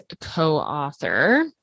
co-author